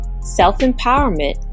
self-empowerment